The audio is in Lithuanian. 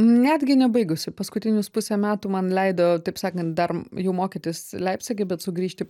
netgi nebaigusi paskutinius pusę metų man leido taip sakant dar jau mokytis leipcige bet sugrįžti